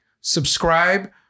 subscribe